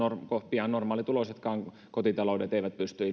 pian normaalituloisetkaan kotitaloudet eivät pysty